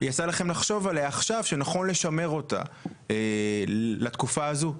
יצא לכם לחשוב עליה עכשיו שנכון לשמר אותה לתקופה הזו.